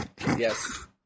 Yes